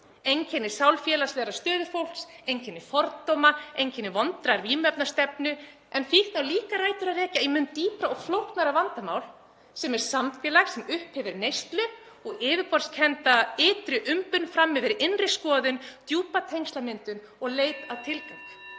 einkenni sálfélagslegrar stöðu fólks, einkenni fordóma, einkenni vondrar vímuefnastefnu. En fíkn á líka rætur að rekja í mun dýpra og flóknara vandamál sem er samfélag sem upphefur neyslu og yfirborðskennda ytri umbun framyfir innri skoðun, djúpa tengslamyndun og leit að tilgangi.